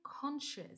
conscious